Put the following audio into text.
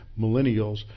millennials